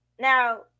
Now